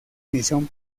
misión